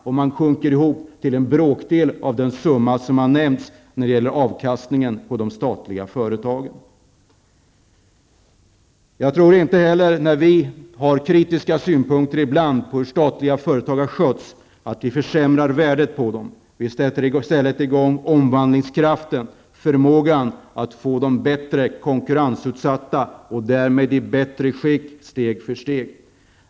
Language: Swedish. Det sjunker ihop till en bråkdel av den summa som har nämnts när det gäller avkastningen på de statliga företagen. Jag tror inte heller att vi försämrar värdet på de statliga företagen när vi ibland har kritiska synpunkter på hur de har skötts. Vi sätter i stället i gång omvandlingskraften och förmågan att få dem bättre konkurrensutsatta och därmed i bättre skick steg för steg.